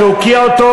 צריך להוקיע אותו,